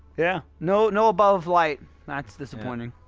yeah! no no above light, thats disappointing,